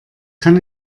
kann